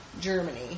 Germany